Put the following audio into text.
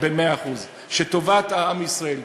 במאה אחוז שטובת עם ישראל,